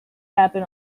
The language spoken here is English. happen